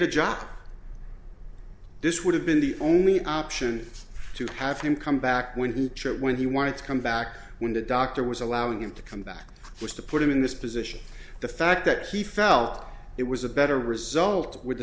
a job this would have been the only option to have him come back when he checked when he wanted to come back when the doctor was allowing him to come back which to put him in this position the fact that he felt it was a better result with the